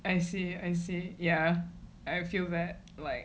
I see I see yeah I feel that like